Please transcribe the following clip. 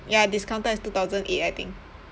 ya discounted is two thousand eight I think